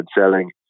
selling